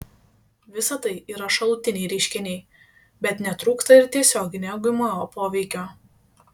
visa tai yra šalutiniai reiškiniai bet netrūksta ir tiesioginio gmo poveikio